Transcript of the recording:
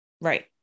Right